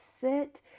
Sit